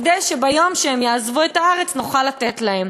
כדי שביום שהם יעזבו את הארץ נוכל לתת להם.